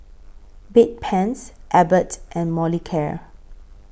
Bedpans Abbott and Molicare